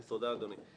תודה, אדוני.